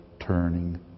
turning